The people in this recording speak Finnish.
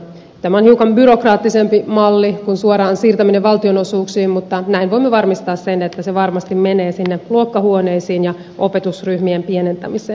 tämä on hiukan byrokraattisempi malli kuin suoraan siirtäminen valtionosuuksiin mutta näin voimme varmistaa sen että se varmasti menee sinne luokkahuoneisiin ja opetusryhmien pienentämiseen